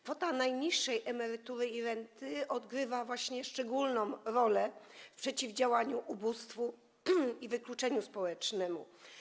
Kwoty najniższej emerytury i renty odgrywają właśnie szczególną rolę w przeciwdziałaniu ubóstwu i wykluczeniu społecznemu.